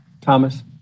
Thomas